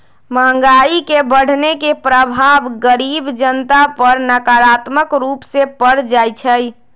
महंगाई के बढ़ने के प्रभाव गरीब जनता पर नकारात्मक रूप से पर जाइ छइ